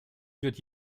führt